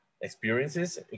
experiences